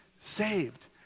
saved